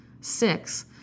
Six